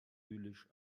idyllisch